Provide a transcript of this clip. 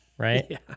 Right